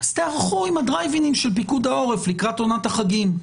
אז תיערכו עם תחנות הדרייב אין של פיקוד העורף לקראת עונת החגים.